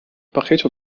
بقيت